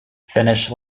finnish